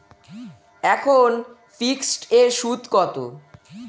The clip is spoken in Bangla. এখন ফিকসড এর সুদ কত?